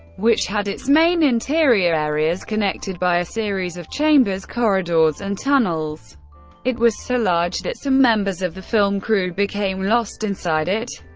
which had its main interior areas connected by a series of chambers, corridors, and tunnels it was so large that some members of the film crew became lost inside it.